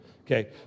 Okay